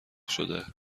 شده